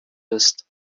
ist